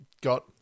got